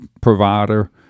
provider